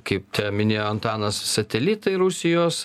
kaip čia minėjo antanas satelitai rusijos